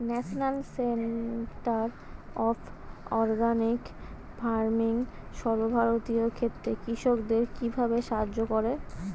National centre of organic farming সর্বভারতীয় ক্ষেত্রে কৃষকদের কিভাবে সাহায্য করে?